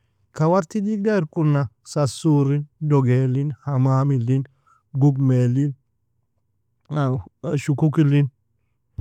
Kawartı digda irkuna, sasurin dogeylin hamamilin gugmelin shukukilin.